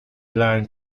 learn